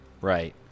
right